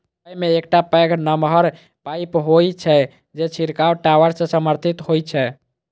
अय मे एकटा पैघ नमहर पाइप होइ छै, जे छिड़काव टावर सं समर्थित होइ छै